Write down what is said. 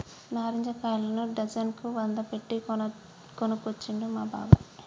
నారింజ కాయలను డజన్ కు వంద పెట్టి కొనుకొచ్చిండు మా బాబాయ్